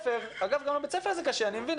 גם לבית ספר זה קשה, אני מבין.